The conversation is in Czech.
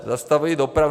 Zastavují dopravu.